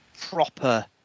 proper